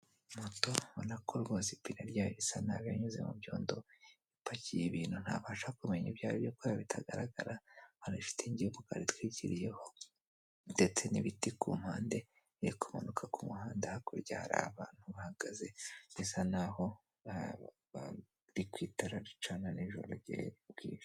Moto ubona ko rwose ipine ryayo risa nabi yanyuze mu byondo, ipakiye ibintu ntabasha kumenya ibyo ari byo kubera bitagaragara hari shitingi y'umukara itwikiriyeho ndetse n'ibiti ku mpande. Iri kumanuka ku muhanda, hakurya hari abantu bahagaze bisa n'aho bari ku itara ricana nijoro igihe bwije.